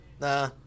nah